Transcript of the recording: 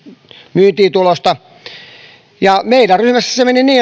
myyntiin tulosta ja meidän ryhmässämme se meni niin